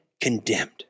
condemned